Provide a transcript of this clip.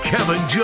Kevin